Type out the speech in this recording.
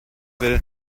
will